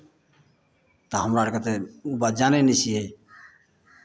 तऽ हमरा आरकेँ तऽ ओ बात जानै नहि छियै